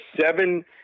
seven